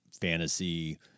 fantasy